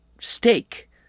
steak